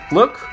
Look